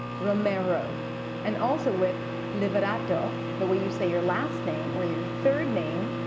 romero and also with liberato, the way you say your last name or your third name.